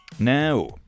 Now